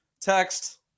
text